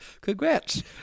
Congrats